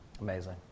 Amazing